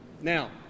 Now